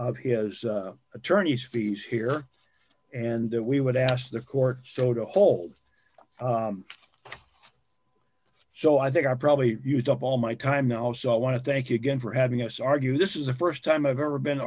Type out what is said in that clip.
of his attorney's fees here and we would ask the court so to hold so i think i probably used up all my time now so i want to thank you again for having us argue this is the st time i've ever been